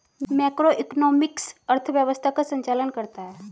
macroeconomics अर्थव्यवस्था का संचालन करता है